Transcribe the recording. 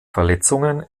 verletzungen